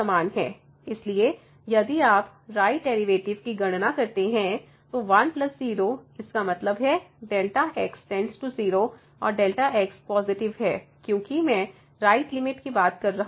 इसलिए यदि आप राइट डेरिवेटिव की गणना करते हैं तो 1 0 इसका मतलब है Δ x → 0 और Δ x पॉजिटिव है क्योंकि मैं राइट लिमिट की बात कर रहा हूं